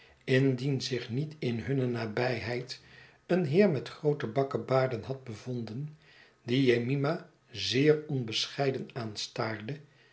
indien zich niet in hunne nabijheid een heer met groote bakkebaarden had bevonden die jemima zeer onbescheiden aanstaarde